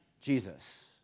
Jesus